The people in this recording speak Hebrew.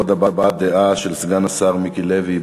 עוד הבעת דעה, של סגן השר מיקי לוי.